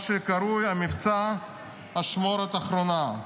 מה שקרוי מבצע "אשמורת אחרונה".